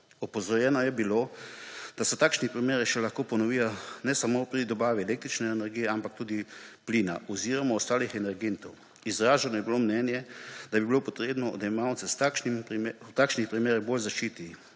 Opozorjeno je bilo, da se takšni primeri še lahko ponovijo, ne samo pri dobavi električne energije, ampak tudi plina oziroma ostalih energentov. Izraženo je bilo mnenje, da bi bilo potrebno odjemalce v takšnih primerih bolj zaščititi